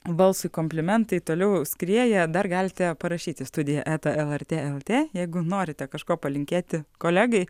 balsui komplimentai toliau skrieja dar galite parašyti studiją eta lrt lt jeigu norite kažko palinkėti kolegai